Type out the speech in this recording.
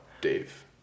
Dave